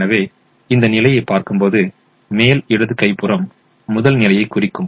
எனவே இந்த நிலையைப் பார்க்கும்போது மேல் இடது கை புறம் முதல் நிலையைக் குறிக்கும்